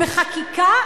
בחקיקה?